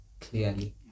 clearly